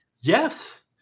Yes